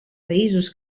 països